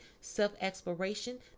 self-exploration